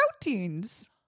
proteins